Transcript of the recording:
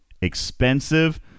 expensive